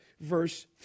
verse